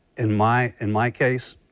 in my in my case,